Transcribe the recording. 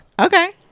Okay